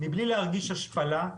מבלי להרגיש השפלה,